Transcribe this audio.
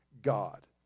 God